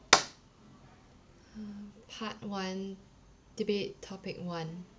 part one debate topic one